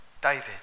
David